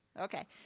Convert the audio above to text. okay